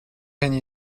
you